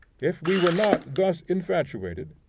if we were not thus infatuated,